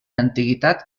antiguitat